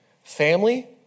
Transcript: Family